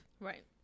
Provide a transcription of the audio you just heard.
Right